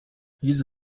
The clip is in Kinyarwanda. yagize